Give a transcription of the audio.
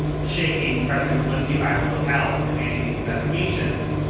shaking president wolinsky by the lapels and demanding these investigations.